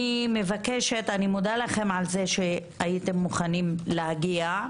אני מודה לכם על זה שהייתם מוכנים להגיע,